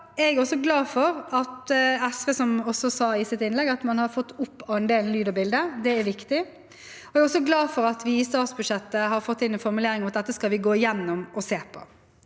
som SV også sa i sitt innlegg, at vi har fått opp andelen lyd og bilde. Det er viktig. Jeg er også glad for at vi i statsbudsjettet har fått inn en formulering om at vi skal gå igjennom og se på